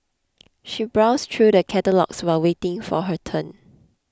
she browsed through the catalogues while waiting for her turn